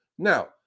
Now